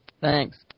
Thanks